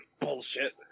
Bullshit